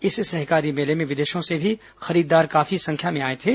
इस सहकारी मेले में विदेशों से भी खरीददार काफी संख्या में आए थे